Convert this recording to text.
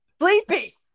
Sleepy